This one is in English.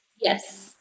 Yes